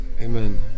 Amen